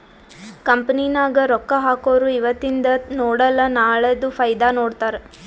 company ನಾಗ್ ರೊಕ್ಕಾ ಹಾಕೊರು ಇವತಿಂದ್ ನೋಡಲ ನಾಳೆದು ಫೈದಾ ನೋಡ್ತಾರ್